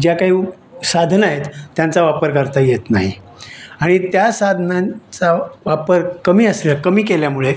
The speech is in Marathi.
ज्या काही साधन आहेत त्यांचा वापर करता येत नाही आणि त्या साधनांचा वापर कमी असल्या कमी केल्यामुळे